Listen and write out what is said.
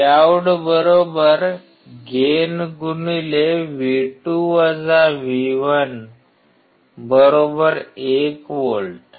Vout gain 1V